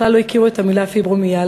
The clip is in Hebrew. בכלל לא הכירו את המילה פיברומיאלגיה.